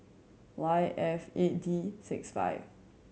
Y F eight D six five